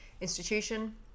institution